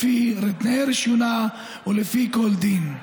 רישיונה ולפי כל דין.